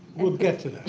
we'll get to